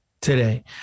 today